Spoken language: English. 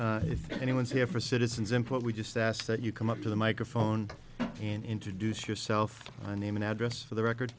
if anyone is here for citizens input we just ask that you come up to the microphone and introduce yourself a name and address for the record